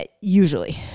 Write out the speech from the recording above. usually